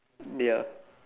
ya